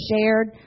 shared